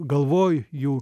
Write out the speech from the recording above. galvoj jų